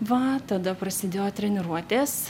va tada prasidėjo treniruotės